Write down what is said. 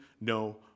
no